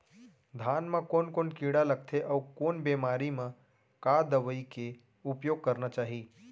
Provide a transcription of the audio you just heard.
धान म कोन कोन कीड़ा लगथे अऊ कोन बेमारी म का दवई के उपयोग करना चाही?